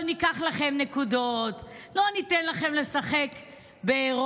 אבל ניקח לכם נקודות, לא ניתן לכם לשחק באירופה.